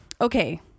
Okay